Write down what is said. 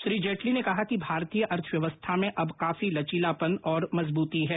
श्री जेटली ने कहा कि भारतीय अर्थव्यवस्था में अब काफी लचीलापन और मजबूती है